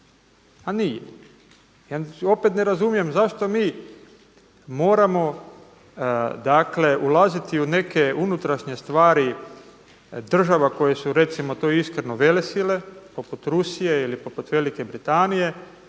a nije. Ja opet ne razumijem zašto mi moramo dakle ulaziti u neke unutrašnje stvari država koje su, recimo to iskreno, velesile poput Rusije ili poput Velike Britanije